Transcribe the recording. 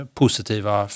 positiva